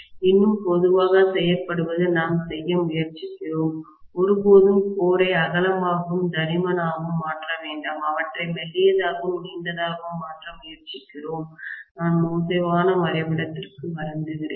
இன்னும் பொதுவாக செய்யப்படுவது நாம் செய்ய முயற்சிக்கிறோம் ஒருபோதும் கோரை அகலமாகவும் தடிமனாகவும் மாற்ற வேண்டாம் அவற்றை மெல்லியதாகவும் நீண்டதாகவும் மாற்ற முயற்சிக்கிறோம் நான் மோசமான வரைபடத்திற்கு வருந்துகிறேன்